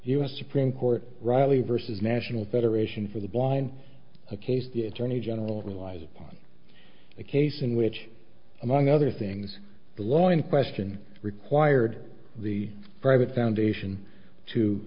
s supreme court riley versus national federation for the blind a case the attorney general relies upon a case in which among other things blowing question required the private foundation to